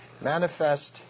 manifest